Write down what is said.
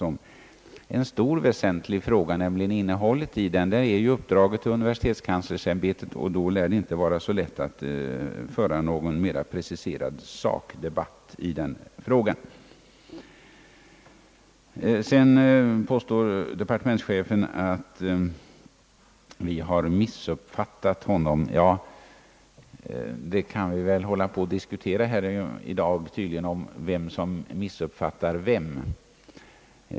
Men en stor och väsentlig fråga, nämligen innehållet, har uppdragits åt universitetskanslersämbetet, och då lär det inte vara så lätt att föra någon mera preciserad sakdebatt i frågan. Sedan påstår departementschefen att vi har missuppfattat honom. Ja, vi kan nog hålla på och diskutera länge om vem som missuppfattar vem!